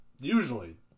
usually